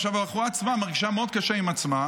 עכשיו הבחורה עצמה מרגישה מאוד קשה עם עצמה,